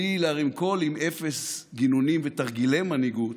בלי להרים קול, עם אפס גינונים ותרגילי מנהיגות,